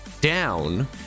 down